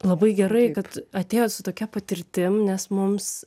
labai gerai kad atėjot su tokia patirtim nes mums